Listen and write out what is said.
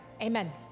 Amen